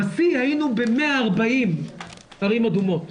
בשיא היינו ב-140 ערים אדומות.